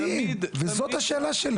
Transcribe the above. מדהים וזאת השאלה שלי.